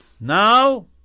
Now